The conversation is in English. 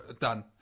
done